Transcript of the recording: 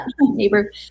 neighbor